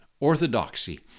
orthodoxy